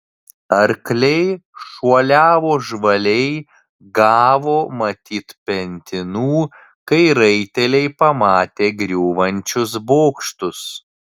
arkliai šuoliavo žvaliai gavo matyt pentinų kai raiteliai pamatė griūvančius bokštus